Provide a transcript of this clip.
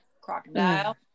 Crocodile